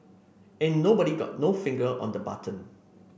ain't nobody got no finger on the button